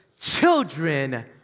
children